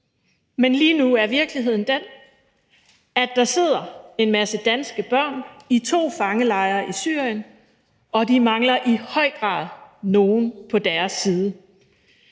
Men lige nu er virkeligheden den, at der sidder en masse danske børn i to fangelejre i Syrien, og de mangler i høj grad nogen på deres side.